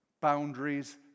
boundaries